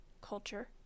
Culture